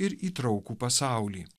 ir įtraukų pasaulį